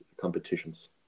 competitions